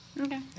Okay